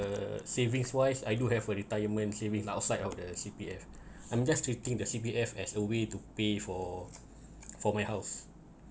the savings wise I do have a retirement savings outside of the C_P_F I'm just treating the C_P_F as a way to pay for for my house